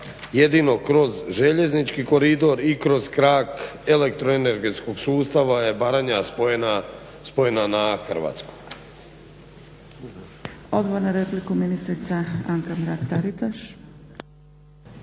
jedino kroz željeznički koridor i kroz krak elektroenergetskog sustava je Baranja spojena na Hrvatsku.